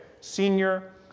senior